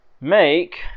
Make